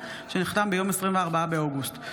שנחתם ביום 4 ביולי 1994,